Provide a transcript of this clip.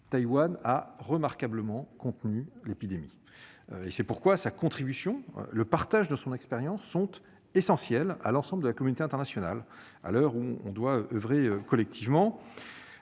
Taïwan a remarquablement contenu l'épidémie. C'est pourquoi sa contribution et le partage de son expérience sont essentiels à l'ensemble de la communauté internationale, à l'heure où il faut oeuvrer collectivement.